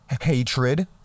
hatred